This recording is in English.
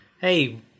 Hey